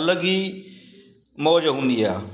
अलॻि ई मौज हूंदी आहे